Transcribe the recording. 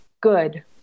Good